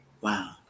Wow